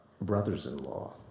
brothers-in-law